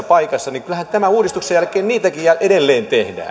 paikassa kyllähän tämän uudistuksen jälkeen niitäkin edelleen